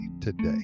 today